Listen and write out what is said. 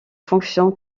fonction